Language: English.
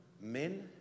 Men